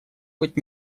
быть